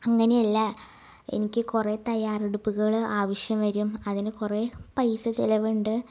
അങ്ങനെ അല്ല എനിക്ക് കുറെ തയ്യാറെടുപ്പുകള് ആവശ്യം വരും അതിന് കുറെ പൈസ ചെലവുണ്ട്